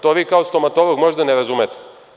To vi kao stomatolog možda ne razumete.